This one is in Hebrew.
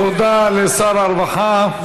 תודה לשר הרווחה.